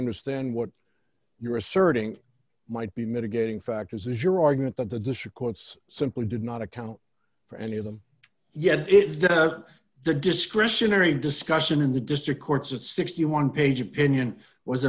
understand what you're asserting might be mitigating factors is your argument that the district courts simply did not account for any of them yet is that the discretionary discussion in the district courts a sixty one dollars page opinion was